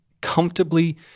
comfortably